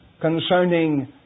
concerning